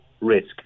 risk